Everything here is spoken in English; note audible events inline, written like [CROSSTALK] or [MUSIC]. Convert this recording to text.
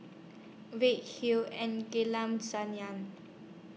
[UNINTELLIGIBLE] Hull and [UNINTELLIGIBLE] Sayang